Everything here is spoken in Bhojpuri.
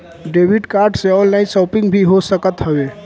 डेबिट कार्ड से ऑनलाइन शोपिंग भी हो सकत हवे